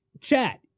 chat